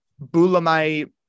bulamai